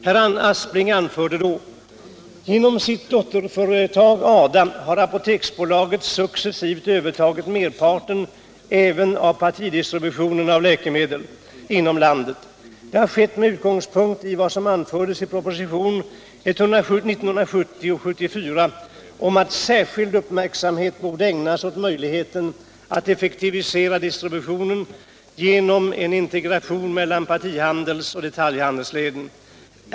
Herr Aspling anförde: ”Genom sitt dotterföretag ADA har apoteksbolaget successivt övertagit merparten även av partidistributionen av läkemedel inom landet. Det har skett med utgångspunkt i vad som anfördes i prop. 1970:74 om att särskild uppmärksamhet borde ägnas åt möjligheten att effektivisera dis tributionen genom en integration mellan partihandelsoch detaljhandelsleden.